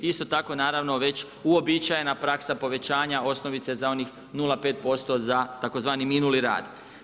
Isto tako naravno već uobičajena praksa povećanja osnovice za onih 0,5% za tzv. minuli rad.